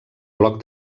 bloc